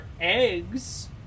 eggs